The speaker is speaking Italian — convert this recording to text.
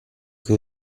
che